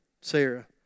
Sarah